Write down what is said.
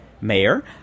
mayor